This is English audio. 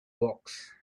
box